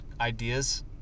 ideas